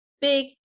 big